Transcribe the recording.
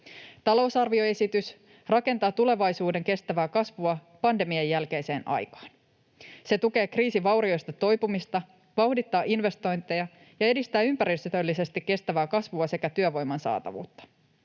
Talousarvioesitys rakentaa tulevaisuuden kestävää kasvua pandemian jälkeiseen aikaan. Se tukee kriisin vaurioista toipumista, vauhdittaa investointeja ja edistää ympäristöllisesti kestävää kasvua sekä työvoiman saatavuutta.